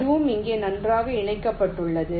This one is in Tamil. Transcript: இதுவும் இங்கே நன்றாக இணைக்கப்பட்டுள்ளது